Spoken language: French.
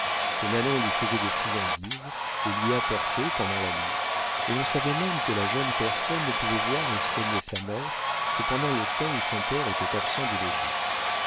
que nanon lui faisait des friandises les lui apportait pendant la nuit et l'on savait même que la jeune personne ne pouvait voir et soigner sa mère que pendant le temps où son père était absent du logis